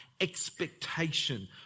expectation